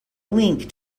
link